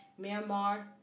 Myanmar